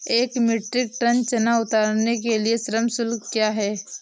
एक metric ton चना उतारने के लिए श्रम शुल्क क्या है?